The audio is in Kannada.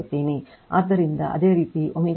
ಆದ್ದರಿಂದ ಅದೇ ರೀತಿ ω ω2 ನಲ್ಲಿ